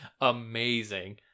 amazing